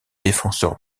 défenseur